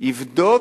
יבדוק,